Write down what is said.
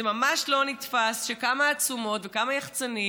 זה ממש לא נתפס שכמה עצומות וכמה יח"צנים